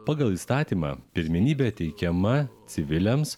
pagal įstatymą pirmenybė teikiama civiliams